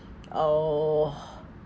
oh